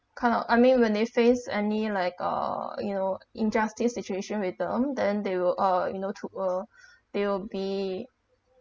kind of I mean when they face any like uh you know injustice situation with them then they will uh you know to uh they will be